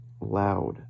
loud